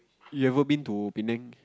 you've ever been to Penang